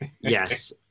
yes